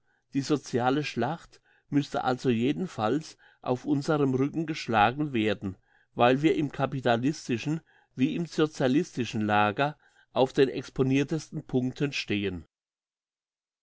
die sociale schlacht müsste also jedenfalls auf unserem rücken geschlagen werden weil wir im capitalistischen wie im socialistischen lager auf den exponirtesten punkten stehen